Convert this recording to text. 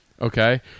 Okay